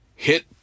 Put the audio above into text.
Hit